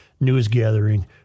news-gathering